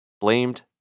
blamed